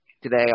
Today